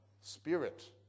spirit